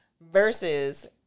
versus